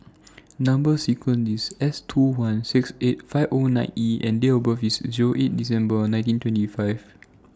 Number sequence IS S two one six eight five O nine E and Date of birth IS eight December nineteen twenty five